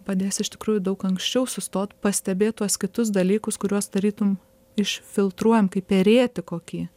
padės iš tikrųjų daug anksčiau sustot pastebėt tuos kitus dalykus kuriuos tarytum išfiltruojam kaip per rėtį kokį